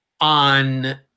on